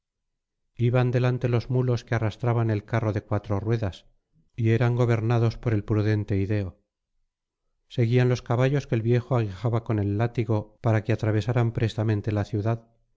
iban delante los mulos que arrastraban el carro de cuatro ruedas y eran gobernados por el prudente ideo seguían los caballos que el viejo aguijaba con el látigo para que atravesaran prestamente la ciudad